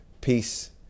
peace